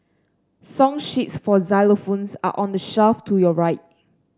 song sheets for xylophones are on the shelf to your right